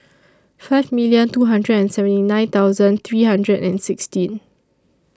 five million two hundred and seventy nine thousand three hundred and sixteen